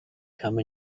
come